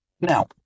Now